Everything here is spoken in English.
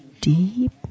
deep